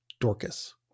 Dorcas